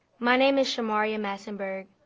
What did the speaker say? my name is shamaria massenburg.